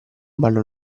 ballo